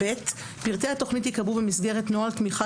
(ב)פרטי התכנית ייקבעו במסגרת נוהל תמיכה